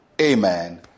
amen